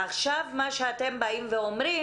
עכשיו אתם אומרים,